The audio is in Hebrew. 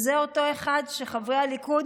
זה אותו אחד שחברי הליכוד,